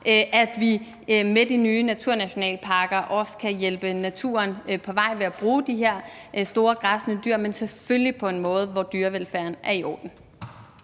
at vi med de nye naturnationalparker også kan hjælpe naturen på vej ved at bruge de her store græssende dyr, men selvfølgelig på en måde, hvor dyrevelfærden er i orden.